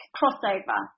crossover